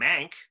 Mank